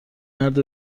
مرد